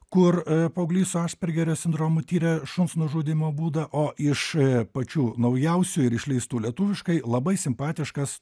kur paauglys su aspergerio sindromu tiria šuns nužudymo būdą o iš pačių naujausių ir išleistų lietuviškai labai simpatiškas